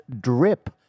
drip